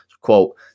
Quote